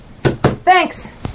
Thanks